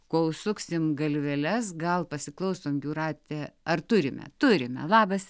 kol suksim galveles gal pasiklausome jūrate ar turime turime labas